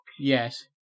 Yes